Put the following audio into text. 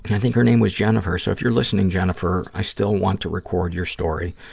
and i think her name was jennifer. so, if you're listening, jennifer, i still want to record your story.